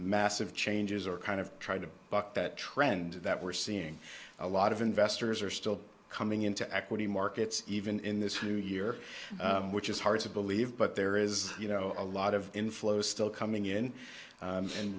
massive changes or kind of try to buck that trend that we're seeing a lot of investors are still coming into equity markets even in this new year which is hard to believe but there is you know a lot of inflows still coming in and